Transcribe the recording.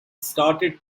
started